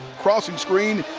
crossing screen,